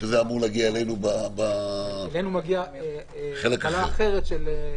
אלינו מגיע עניין אחר.